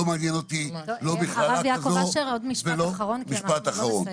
לא מעניין אותי -- הרב יעקב אשר עוד משפט אחרון כי אנחנו לא נסיים.